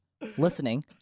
listening